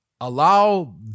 Allow